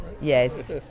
Yes